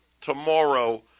tomorrow